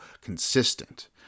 consistent